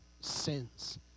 sins